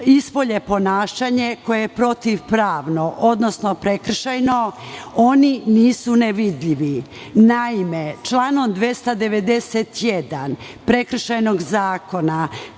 ispolje ponašanje koje je protivpravno, odnosno prekršajno, oni nisu nevidljivi. Naime, članom 291. prekršajnog zakona